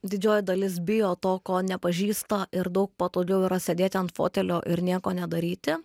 didžioji dalis bijo to ko nepažįsta ir daug patogiau yra sėdėti ant fotelio ir nieko nedaryti